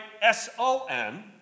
S-O-N